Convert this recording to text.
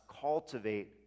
cultivate